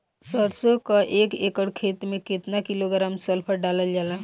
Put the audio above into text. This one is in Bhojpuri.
सरसों क एक एकड़ खेते में केतना किलोग्राम सल्फर डालल जाला?